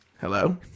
hello